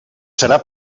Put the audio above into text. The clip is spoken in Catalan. serà